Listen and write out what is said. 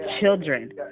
children